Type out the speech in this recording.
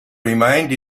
remained